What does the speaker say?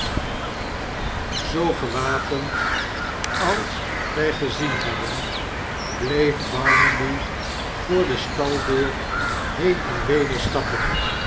zoo gewapend als wij gezien hebben bleef barnaby yoor de staldeur heen en weder stappen